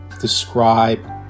describe